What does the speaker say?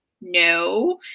no